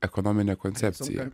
ekonominė koncepcija